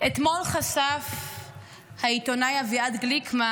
אתמול חשף העיתונאי אביעד גליקמן